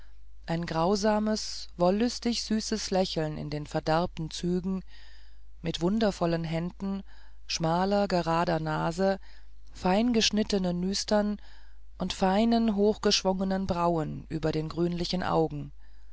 ein grausames wollüstig süßes lächeln in den verderbten zügen mit wundervollen händen schmaler gerader nase feingeschnittenen nüstern und feinen hochgeschwungenen brauen über den grünlichen augen